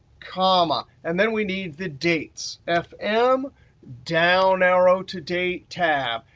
comma. and then we need the dates, fm, down arrow to date tab.